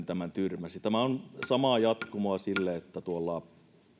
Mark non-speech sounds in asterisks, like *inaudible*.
*unintelligible* tämän tyrmäsi tämä on samaa jatkumoa sille että